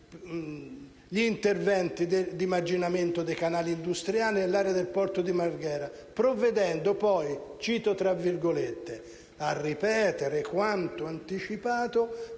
gli interventi di marginamento dei canali industriali nell'area di Porto Marghera, provvedendo poi - cito testualmente - «a ripetere quanto anticipato